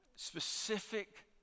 Specific